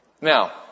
Now